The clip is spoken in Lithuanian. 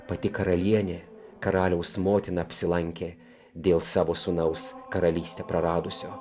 pati karalienė karaliaus motina apsilankė dėl savo sūnaus karalystę praradusio